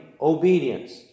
obedience